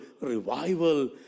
revival